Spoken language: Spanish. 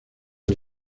del